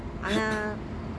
அனா:ana